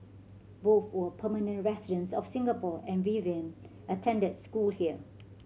both were permanent residents of Singapore and Vivian attended school here